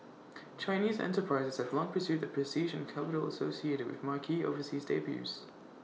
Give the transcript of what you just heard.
Chinese enterprises have long pursued the prestige and capital associated with marquee overseas debuts